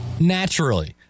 Naturally